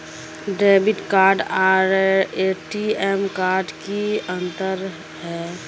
Debit card आर ATM card में की अंतर है?